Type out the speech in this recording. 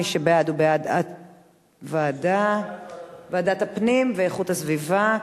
מי שבעד הוא בעד ועדת הפנים והגנת הסביבה.